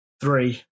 Three